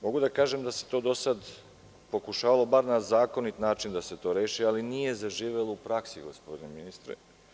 Mogu da kažem da se to do sada pokušavalo, bar na zakonit način da se to reši, ali nije zaživelo u praksi gospodine ministre.